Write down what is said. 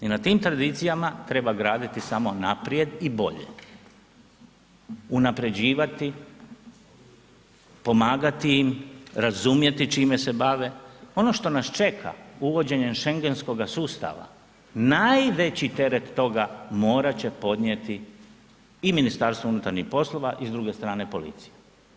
I na tim tradicijama treba graditi samo naprijed i bolje, unaprjeđivati, pomagati im, razumjeti čime se bave, ono što nas čeka uvođenjem schengenskoga sustava, najveći teret toga, morat će podnijeti i MUP i s druge strane policija.